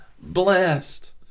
blessed